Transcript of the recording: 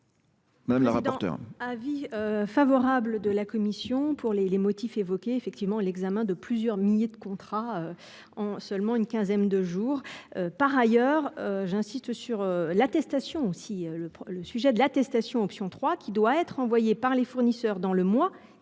Mme la rapporteure.